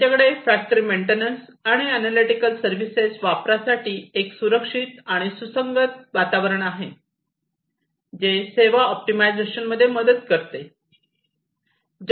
त्यांच्याकडे factory maintenance आणि analytical services वापरासाठी एक सुरक्षित आणि सुसंगत वातावरण आहे जे सेवा ऑप्टिमायझेशनमध्ये मदत करते